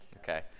Okay